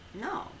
No